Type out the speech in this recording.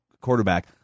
quarterback